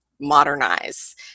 modernize